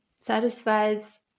satisfies